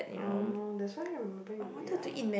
oh that's why maybe we are